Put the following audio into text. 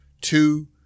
Two